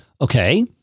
Okay